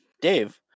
Dave